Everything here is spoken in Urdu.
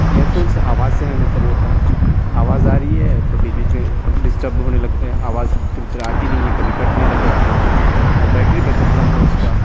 ایئر فون سے آواز سے ہمیں مطلب ہوتا ہے آواز آ رہی ہے تو بیچ بیچ میں ڈسٹرب ہونے لگتے ہیں آواز پوری طرح آتی نہیں ہے کبھی کٹنے لگ جاتی ہے اور بیٹری بیک اپ کم ہے اس کا